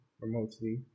remotely